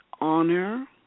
honor